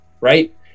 right